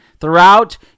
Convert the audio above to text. throughout